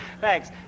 Thanks